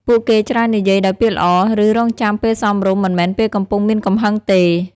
ពួកគេច្រើននិយាយដោយពាក្យល្អ ឬរង់ចាំពេលសមរម្យ មិនមែនពេលកំពុងមានកំហឹងទេ។